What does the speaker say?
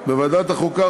בוועדת החוקה,